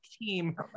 team